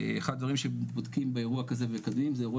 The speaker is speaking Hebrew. אחד הדברים שבודקים באירוע כזה זה אירוע